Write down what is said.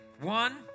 One